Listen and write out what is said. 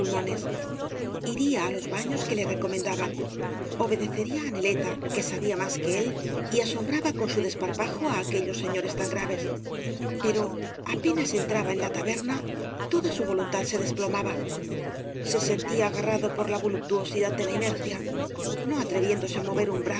iría á los baños que le recomenda ban obedecería á neleta que sabía más que él y asombraba con su desparpajo á aquellos señores tan graves pero apenas entraba en la taberna toda su voluntad se desplomaba se sentía agarra do por la voluptuosidad de la inercia no atreviéu dose á mover un